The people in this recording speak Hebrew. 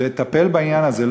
לטפל בעניין הזה.